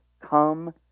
Come